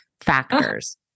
factors